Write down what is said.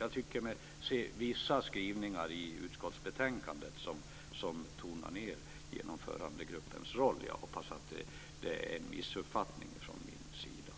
Jag tycker mig se vissa skrivningar i utskottsbetänkandet som tonar ned Genomförandegruppens roll. Jag hoppas att det är en missuppfattning från min sida.